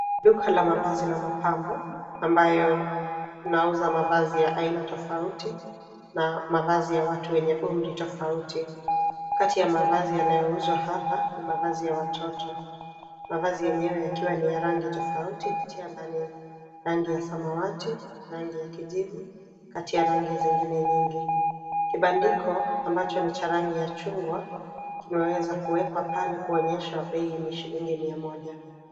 Duka la mavazi na mapambo ambayo inauza mavazi ya aina tofauti na mavazi ya watu wenye umri tofauti. Kati ya mavazi yanayouzwa hapa ni mavazi ya watoto. Mavazi yenyewe yakiwa ni ya rangi tofauti, ukitia ndani rangi ya samawati, rangi ya kijivu katia rangi zingine nyingi. Kibandiko, ambacho ni cha rangi ya chungwa, kimeweza kuwekwa pale kuonyesha wa bei ni shilingi mia moja.